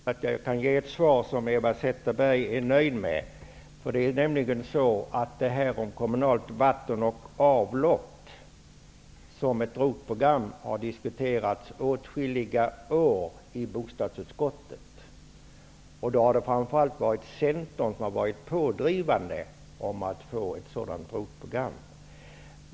Herr talman! Jag kan nog inte ge ett svar som Eva Zetterberg blir nöjd med. Det är nämligen så att frågan om kommunalt vatten och avlopp i ett ROT program har diskuterats i åtskilliga år i bostadsutskottet. Det har framför allt varit Centern som har varit pådrivande för att få ett sådant ROT program.